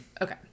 okay